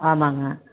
ஆமாங்க